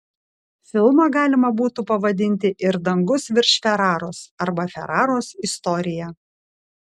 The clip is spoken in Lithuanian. filmą galima būtų pavadinti ir dangus virš feraros arba feraros istorija